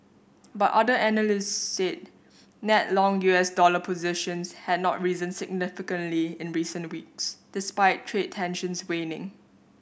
but other analysts said net long U S dollar positions had not risen significantly in recent weeks despite trade tensions waning